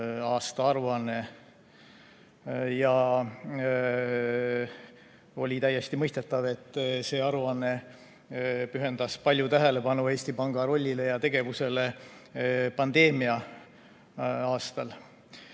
aastaaruanne. On täiesti mõistetav, et see aruanne pühendas palju tähelepanu Eesti Panga rollile ja tegevusele pandeemia-aastal.